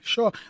Sure